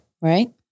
Right